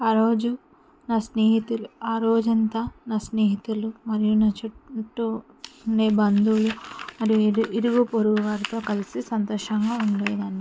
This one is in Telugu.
ఆ రోజు నా స్నేహితులు ఆ రోజంతా నా స్నేహితులు మరియు నా చుట్టూ ఉండే బంధువులు మరియు ఇరు ఇరుగుపొరుగు వారితో కలిసి సంతోషంగా ఉండేదాన్ని